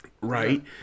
Right